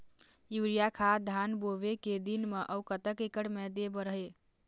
Urea खाद धान बोवे के दिन म अऊ कतक एकड़ मे दे बर हे?